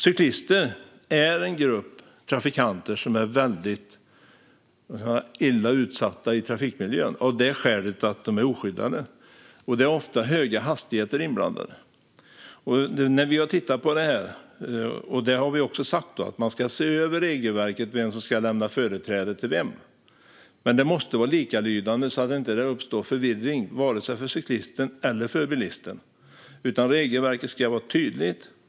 Cyklister är en grupp trafikanter som är väldigt illa utsatta i trafikmiljön av skälet att de är oskyddade. Det är ofta höga hastigheter inblandade. När vi har tittat på detta har vi sagt att man ska se över regelverket för vem som ska lämna företräde för vem. Men det måste vara likalydande så att det inte uppstår förvirring vare sig för cyklisten eller för bilisten. Regelverket ska vara tydligt.